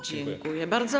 Dziękuję bardzo.